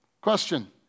Question